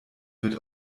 wird